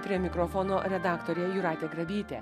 prie mikrofono redaktorė jūratė grabytė